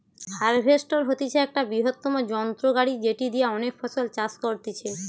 harvester হতিছে একটা বৃহত্তম যন্ত্র গাড়ি যেটি দিয়া অনেক ফসল চাষ করতিছে